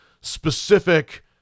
specific